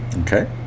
Okay